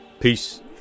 Peace